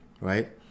right